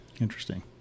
Interesting